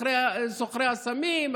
אחרי סוחרי הסמים,